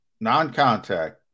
non-contact